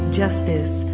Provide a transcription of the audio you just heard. justice